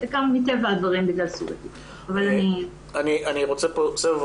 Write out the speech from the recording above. זה גם מטבע הדברים בגלל --- אני רוצה פה סבב.